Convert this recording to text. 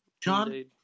John